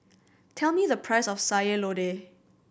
tell me the price of Sayur Lodeh